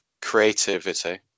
creativity